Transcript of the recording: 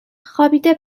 خوابیده